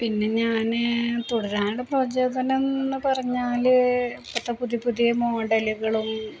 പിന്നെ ഞാന് തുടരാനുള്ള പ്രചോദനമെന്നു പറഞ്ഞാല് ഇപ്പോഴത്തെ പുതിയ പുതിയ മോഡലുകളും